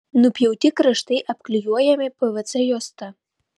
nupjauti kraštai apklijuojami pvc juosta